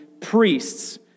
priests